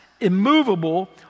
immovable